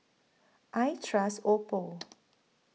I Trust Oppo